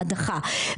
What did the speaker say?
ההדחה,